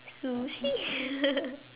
Sushi